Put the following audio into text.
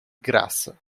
graça